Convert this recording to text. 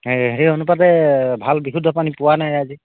হেৰি অনুপাতে ভাল বিশুদ্ধপান পোৱা নাই ৰাইজে